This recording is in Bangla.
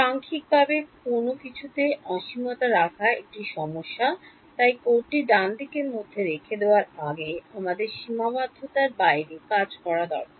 সাংখ্যিকভাবে কোনও কিছুতে অসীমতা রাখা একটি সমস্যা তাই কোডটি ডানদিকের মধ্যে রেখে দেওয়ার আগে আমাদের সীমাবদ্ধতার বাইরে কাজ করা দরকার